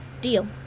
Deal